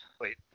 Wait